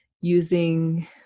using